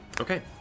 Okay